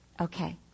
Okay